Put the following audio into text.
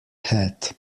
hat